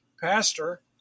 pastor